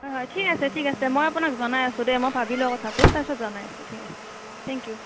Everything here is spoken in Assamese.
হয় হয় ঠিক আছে ঠিক আছে মই আপোনাক জনাই আছোঁ দেই মই ভাবি লওঁ কথাটো তাৰপিছত জনাই আছোঁ ঠিক আছে থেংক ইউ